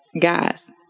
guys